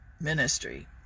ministry